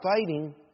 fighting